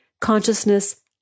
Consciousness